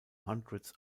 hundreds